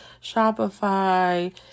Shopify